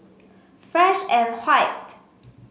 Fresh And White